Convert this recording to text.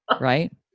Right